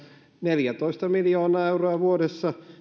neljätoista miljoonaa euroa vuodessa